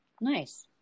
Nice